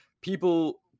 people